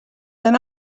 then